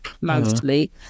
mostly